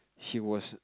he was